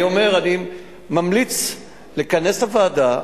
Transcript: אני ממליץ לכנס את הוועדה.